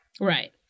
Right